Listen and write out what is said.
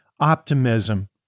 optimism